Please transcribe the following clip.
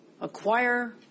acquire